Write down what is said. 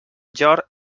llor